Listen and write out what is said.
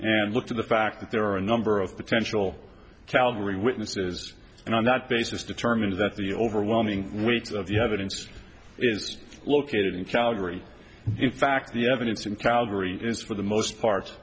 and look to the fact that there are a number of potential calgary witnesses and on that basis determine that the overwhelming weeks of the evidence is located in calgary and in fact the evidence in calgary is for the most part